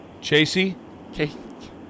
Chasey